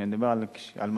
כשאני מדבר על מזון,